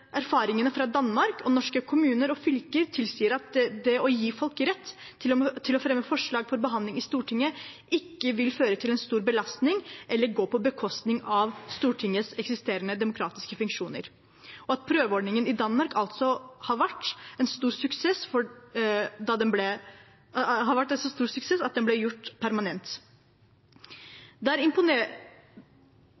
erfaringene fra Danmark og norske kommuner og fylker tilsier at det å gi folk rett til å fremme forslag til behandling i Stortinget, ikke vil føre til en stor belastning eller gå på bekostning av Stortingets eksisterende demokratiske funksjoner, og at prøveordningen i Danmark altså har vært en så stor suksess at den ble